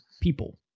people